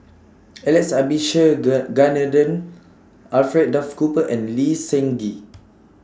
Alex Alfred Duff Cooper and Lee Seng Gee